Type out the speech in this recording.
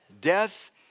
Death